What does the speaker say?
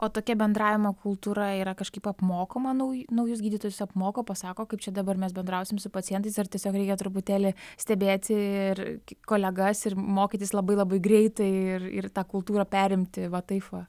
o tokia bendravimo kultūra yra kažkaip apmokoma nauji naujus gydytojus apmoko pasako kaip čia dabar mes bendrausim su pacientais ar tiesiog reikia truputėlį stebėti ir kolegas ir mokytis labai labai greitai ir ir tą kultūrą perimti va taip va